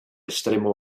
extremo